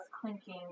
clinking